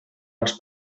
els